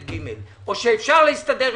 או אפשר בכך וכך להסתדר.